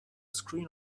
screen